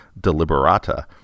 Deliberata